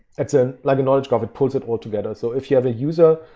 it's ah like a knowledge graph. it pulls it all together. so if you have a user,